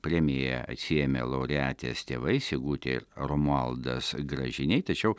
premiją atsiėmė laureatės tėvai sigutė ir romualdas gražiniai tačiau